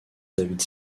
david